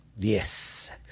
Yes